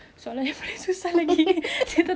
lepas ni ada rambut putih macam mana